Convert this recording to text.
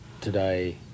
today